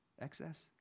Excess